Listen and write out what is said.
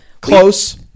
close